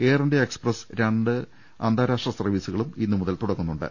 air India Express രണ്ട് അന്താരാഷ്ട്ര സർവീസുകളും ഇന്ന് മുതൽ തുടങ്ങുന്നുണ്ട്